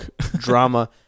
drama